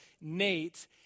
Nate